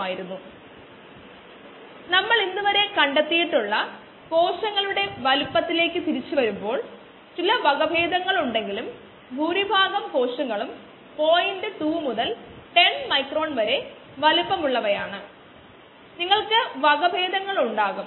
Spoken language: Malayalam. rgddt നമ്മൾ m എന്നത് കോശങ്ങളുടെ സാന്ദ്രത ഉപയോഗിച്ച് എഴുത്തുകയാണെകിൽ കാരണം കോശങ്ങളുടെ സാന്ദ്രത നമുക്ക് എളുപ്പത്തിൽ ആളാക്കാവുന്ന ഒന്നാണ്